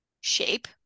shape